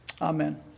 Amen